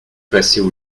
passaient